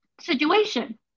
situation